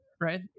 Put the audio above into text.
Right